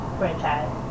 franchise